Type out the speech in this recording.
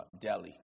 Delhi